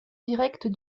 directe